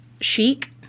chic